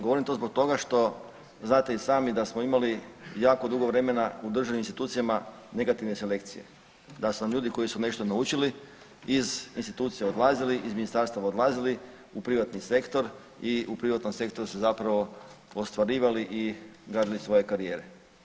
Govorim to zbog toga što znate i sami da smo imali jako dugo vremena u državnim institucijama negativne selekcije, da su nam ljudi koji su nešto naučili iz institucija odlazili, iz ministarstava odlazili u privatni sektor i u privatnom sektoru su zapravo ostvarivali i gradili svoje karijere.